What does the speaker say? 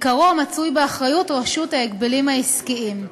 עיקרו מצוי באחריות רשות ההגבלים העסקיים.